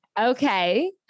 Okay